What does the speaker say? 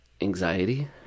anxiety